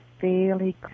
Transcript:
fairly